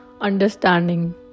understanding